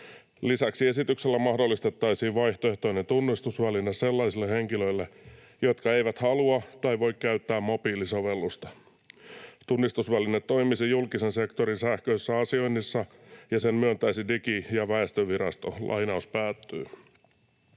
Lisäksi esityksellä mahdollistettaisiin vaihtoehtoinen tunnistusväline sellaisille henkilöille, jotka eivät halua tai voi käyttää mobiilisovellusta. Tunnistusväline toimisi julkisen sektorin sähköisessä asioinnissa, ja sen myöntäisi Digi- ja väestötietovirasto.” Lainaan lisäksi